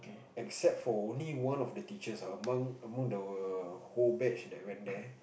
except for only one of the teachers ah among among the whole batch that went there